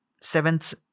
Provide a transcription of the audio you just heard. seventh